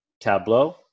Tableau